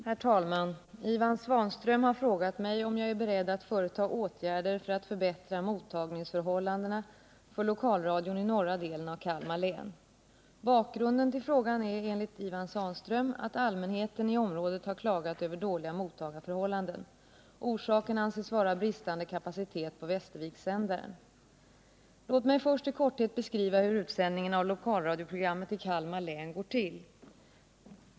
Herr talman! Ivan Svanström har frågat mig om jag är beredd att företa åtgärder för att förbättra mottagningsförhållandena för lokalradion i norra delen av Kalmar län. Bakgrunden till frågan är, enligt Ivan Svanström, att allmänheten i området har klagat över dåliga mottagningsförhållanden. Orsaken anses vara bristande kapacitet på Västervikssändaren. Låt mig först i korthet beskriva hur utsändningen av lokalradioprogrammet i Kalmar län går till.